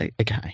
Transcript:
Okay